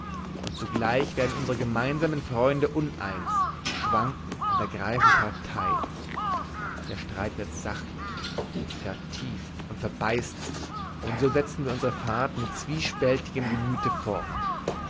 und zugleich werden unsere gemeinsamen freunde uneins schwanken und ergreifen partei der streit wird sachlich vertieft und verbeißt sich und so setzen wir unsere fahrt mit zwiespältigem gemüte fort